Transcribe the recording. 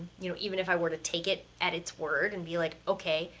you know, even if i were to take it at its word and be like, okay,